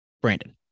Brandon